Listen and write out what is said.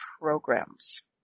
programs